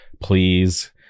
please